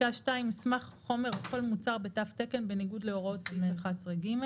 (2)מסמך חומר או כל מוצר בתו תקן בניגוד להוראות סעיף 11(ג);